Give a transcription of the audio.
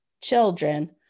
children